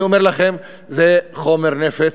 אני אומר לכם, זה חומר נפץ.